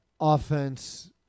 offense